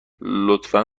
لطفا